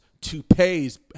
toupees